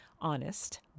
honest